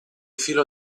filo